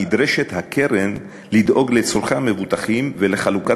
נדרשת הקרן לדאוג לצורכי המבוטחים ולחלוקת